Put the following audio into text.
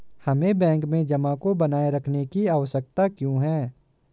हमें बैंक में जमा को बनाए रखने की आवश्यकता क्यों है?